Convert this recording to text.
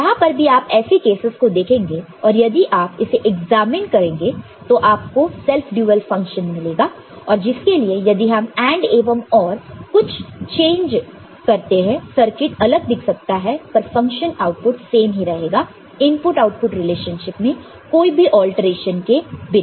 जहां पर भी आप ऐसे केसेस को देखेंगे और यदि आप उसे एग्जामिन करेंगे तो आपको सेल्फ ड्युअल फंक्शन मिलेगा और जिसके लिए यदि हम AND एवं OR कुछ चेंज करते हैं सर्किट अलग दिख सकता है पर फंक्शन आउटपुट सेम ही रहेगा इनपुट आउटपुट रिलेशनशिप में कोई भी अल्टरेशन के बिना